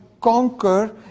conquer